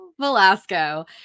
Velasco